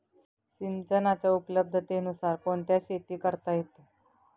सिंचनाच्या उपलब्धतेनुसार कोणत्या शेती करता येतील?